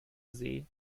see